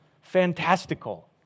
fantastical